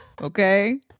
Okay